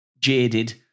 jaded